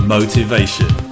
Motivation